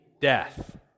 death